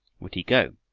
would he go?